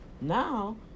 now